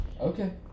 Okay